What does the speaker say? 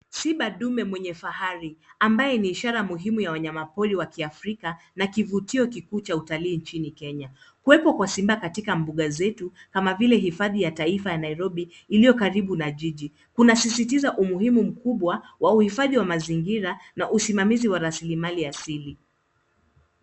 Simba dume mwenye fahari ambaye ni ishara muhimu wa wanyamapori wa kiafrika na kivutio kikuu cha utalii nchini Kenya. Kuwepo kwa simba katika mbuga zetu, kama vile hifadhi ya taifa ya Nairobi, iliyo karibu na jiji kunasisitiza umuhimu mkubwa wa uhifadhi wa mazingira na usimamamizi wa rasilimali asili.